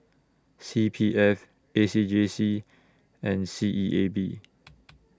C P F A C J C and C E A B